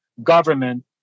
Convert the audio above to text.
Government